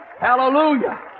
Hallelujah